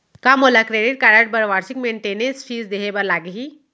का मोला credit card बर वार्षिक मेंटेनेंस फीस देहे बर लागही?